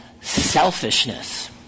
selfishness